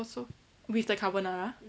also with the carbonara